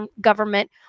government